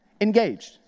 Engaged